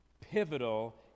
pivotal